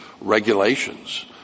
regulations